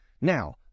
Now